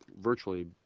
virtually